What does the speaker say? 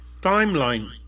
timeline